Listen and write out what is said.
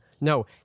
No